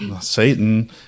satan